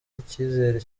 icyizere